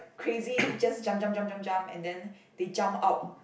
crazy just jump jump jump jump jump and then they jump out